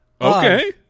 Okay